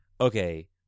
okay